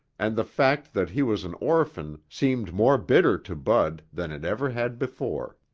and the fact that he was an orphan seemed more bitter to bud than it ever had before.